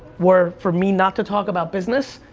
were for me not to talk about business,